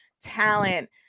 talent